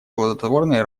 плодотворной